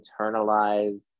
internalize